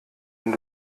wenn